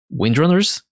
windrunners